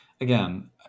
again